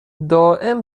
دائم